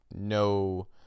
no